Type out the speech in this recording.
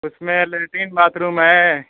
اس میں latrine bathroom ہے